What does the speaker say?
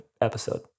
episode